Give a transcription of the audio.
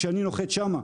כשאני נוחת שם.